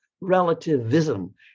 relativism